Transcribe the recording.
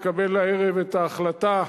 תקבל הערב את ההחלטה.